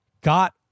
got